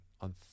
on